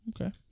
Okay